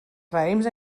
raïms